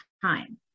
time